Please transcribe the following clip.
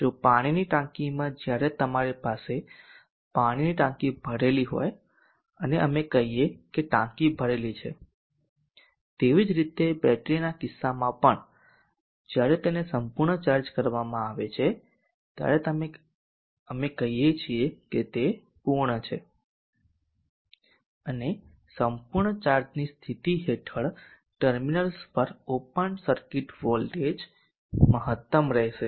જો પાણીની ટાંકીમાં જ્યારે તમારી પાસે પાણીની ટાંકી ભરેલી હોય અને અમે કહીએ કે ટાંકી ભરેલી છે તેવી જ રીતે બેટરીના કિસ્સામાં પણ જ્યારે તેને સંપૂર્ણ ચાર્જ કરવામાં આવે છે ત્યારે અમે કહીએ છીએ કે તે પૂર્ણ છે અને સંપૂર્ણ ચાર્જની સ્થિતિ હેઠળ ટર્મિનલ્સ પર ઓપન સર્કિટ વોલ્ટેજ મહત્તમ રહેશે